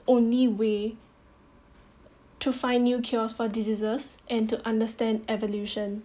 only way to find new cures for diseases and to understand evolution